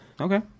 okay